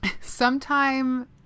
sometime